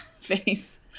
face